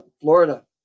Florida